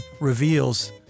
reveals